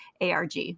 ARG